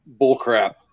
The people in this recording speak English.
Bullcrap